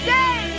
day